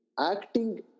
acting